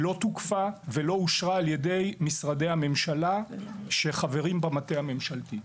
תוקפה ולא אושרה על-ידי משרדי הממשלה שחברים בה המטה הממשלתי.